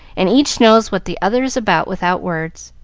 and each knows what the other is about without words.